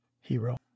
hero